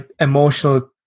emotional